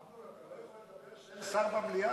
אמנון, אתה לא יכול לדבר כשאין שר במליאה.